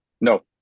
No